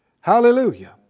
Hallelujah